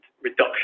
reduction